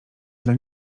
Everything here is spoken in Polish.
dla